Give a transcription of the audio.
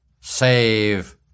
save